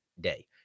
day